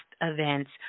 events